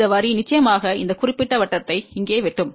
இந்த வரி நிச்சயமாக இந்த குறிப்பிட்ட வட்டத்தை இங்கே வெட்டும்